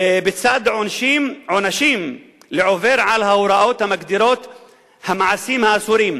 בצד עונשים לעובר על ההוראות המגדירות את המעשים האסורים.